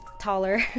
taller